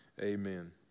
Amen